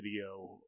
video